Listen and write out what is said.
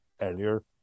earlier